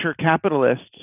capitalists